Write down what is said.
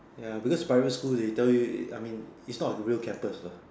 ya because private school they tell you I mean its not a real campus lah